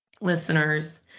listeners